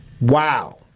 Wow